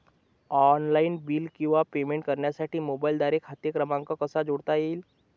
Online bill किंवा payment करण्यासाठी मोबाईलद्वारे खाते क्रमांक कसा जोडता येईल?